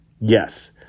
Yes